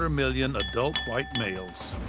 ah million adult white males.